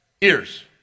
ears